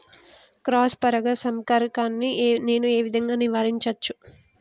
Cross పరాగ సంపర్కాన్ని నేను ఏ విధంగా నివారించచ్చు?